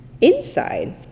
Inside